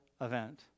event